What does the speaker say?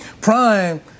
Prime